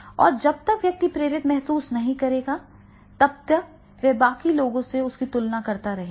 और जब तक यह व्यक्ति प्रेरित नहीं होगा तब तक वह बाकी लोगों से उसकी तुलना करता रहेगा